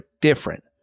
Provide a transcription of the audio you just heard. different